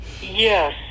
yes